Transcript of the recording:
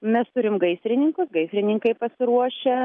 mes turim gaistrininkus gaistrininkai pasiruošę